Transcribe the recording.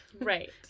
right